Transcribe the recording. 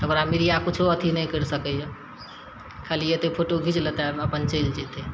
तऽ ओकरा मीडिया किछो अथी नहि करि सकइए खाली एते फोटो घीच लेतय आओर अपन चलि जेतय